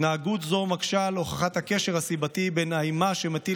התנהגות זו מקשה על הוכחת הקשר הסיבתי בין האימה שמטיל